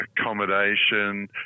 accommodation